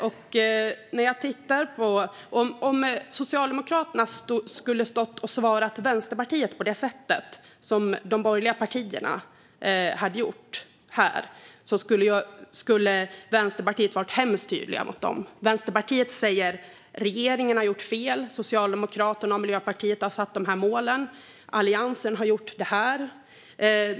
Om Socialdemokraterna hade stått och svarat Vänsterpartiet på det sätt som de borgerliga partierna har gjort här skulle Vänsterpartiet ha varit hemskt tydliga mot dem och sagt att regeringen gjort fel, att Socialdemokraterna och Miljöpartiet har satt de här målen och att Alliansen har gjort det här.